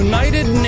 United